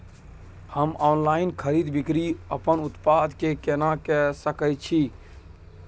हम ऑनलाइन खरीद बिक्री अपन उत्पाद के केना के सकै छी?